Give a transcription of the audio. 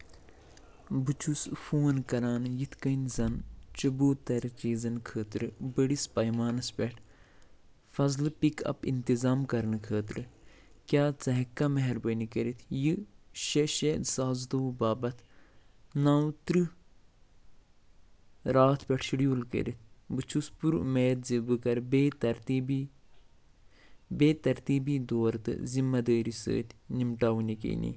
بہٕ چھُس فون کَران یتھٕ کٔنۍ زن چبوٗترٕ چیٖزن خٲطرٕ بٔڈِس پیمانس پؠٹھ فضلہٕ پک اَپ اِنتظام کَرنہٕ خٲطرٕ کیٛاہ ژٕ ہیٚکِکھا مہربٲنی کٔرتھ یہِ شیٚے شیٚے زٕ ساس زٕتوٚوُہ باپتھ نو ترٕٛہ راتھ پؠٹھ شیڈوٗل کٔرتھ بہٕ چھُس پُراُمید ز بہٕ کَرٕ بےٚ ترتیٖبی بےٚ ترتیٖبی دور تہٕ ذِمہٕ دٲری سۭتۍ نِمٹاون یقیٖنی